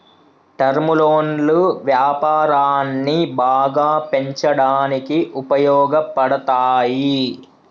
term లోన్లు వ్యాపారాన్ని బాగా పెంచడానికి ఉపయోగపడతాయి